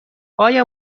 آیا